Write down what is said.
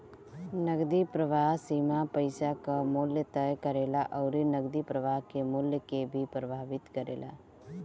नगदी प्रवाह सीमा पईसा कअ मूल्य तय करेला अउरी नगदी प्रवाह के मूल्य के भी प्रभावित करेला